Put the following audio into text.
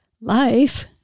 life